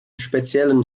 speziellen